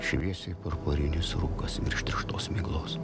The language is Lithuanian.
šviesiai purpurinis rūkas virš tirštos miglos